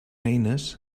eines